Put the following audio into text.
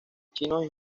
chinos